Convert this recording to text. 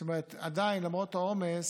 זאת אומרת, עדיין, למרות העומס,